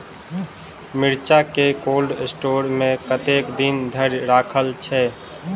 मिर्चा केँ cold store मे कतेक दिन धरि राखल छैय?